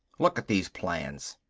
look at these plans,